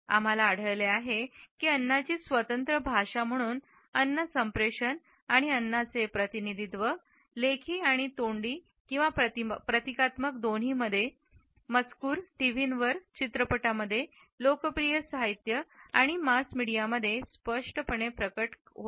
आम्हाला आढळले आहे की अन्नाची स्वतंत्र भाषा म्हणून अन्न संप्रेषण आणि अन्नाचे प्रतिनिधित्व लेखी आणि तोंडी किंवा प्रतिकात्मक दोन्हीमध्ये मजकूर टीव्हीवर चित्रपटांमध्ये लोकप्रिय साहित्य आणि मास मीडियामध्ये स्पष्टपणे प्रकट होईल